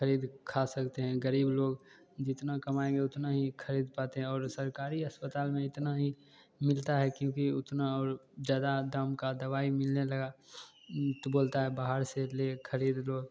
ख़रीद खा सकते हैं ग़रीब लोग जितना कमाएँगे उतना ही ख़रीद पाते हैं और सरकारी अस्पताल में इतना ही मिलता है क्योंकि उतना और ज़्यादे दाम की दवाई मिलने लगी तो बोलते हैं बाहर से लें ख़रीद लो